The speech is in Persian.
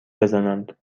بزنند